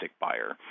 buyer